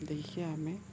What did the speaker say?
ଦେଇକି ଆମେ